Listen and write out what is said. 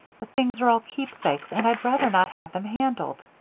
the things are all keepsakes and i'd rather not have them handled.